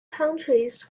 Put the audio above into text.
countries